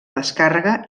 descàrrega